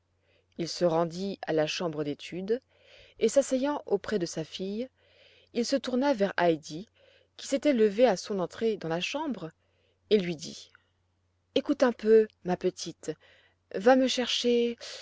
il se rendit à la chambre d'études et s'asseyant auprès de sa fille il se tourna vers heidi qui s'était levée à son entrée dans la chambre et lui dit écoute un peu ma petite va me chercher